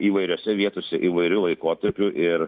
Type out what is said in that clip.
įvairiose vietose įvairiu laikotarpiu ir